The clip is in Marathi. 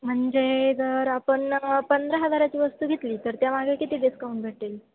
म्हणजे जर आपण पंधरा हजाराची वस्तू घेतली तर त्यामागे किती डिस्काउंट भेटेल